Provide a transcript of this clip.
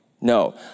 No